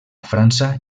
frança